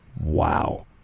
Wow